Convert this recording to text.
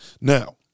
Now